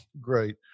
Great